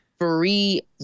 free